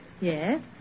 Yes